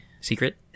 secret